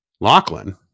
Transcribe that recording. Lachlan